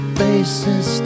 faces